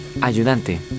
Ayudante